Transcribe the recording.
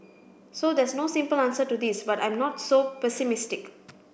so there's no simple answer to this but I'm not so pessimistic